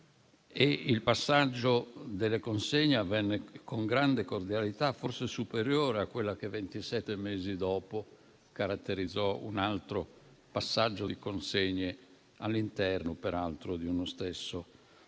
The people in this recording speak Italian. Il passaggio delle consegne avvenne con grande cordialità, forse superiore a quella che ventisette mesi dopo caratterizzò un altro passaggio di consegne all'interno peraltro di uno stesso partito.